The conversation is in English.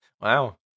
wow